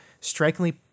strikingly